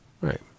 Right